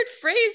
phrase